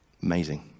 Amazing